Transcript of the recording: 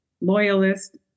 Loyalist